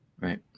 Right